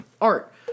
art